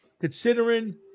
considering